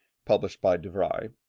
published by de bry,